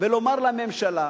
ולומר לממשלה: